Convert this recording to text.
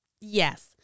Yes